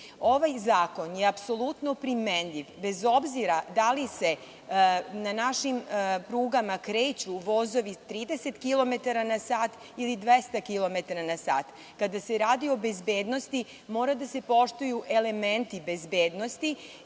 ne. Ovaj zakon je apsolutno primenjiv, bez obzira da li se na našim prugama kreću vozovi 30 km na sat ili 200 km na sat. Kada se radi o bezbednosti, mora da se poštuju elementi bezbednosti